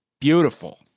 Beautiful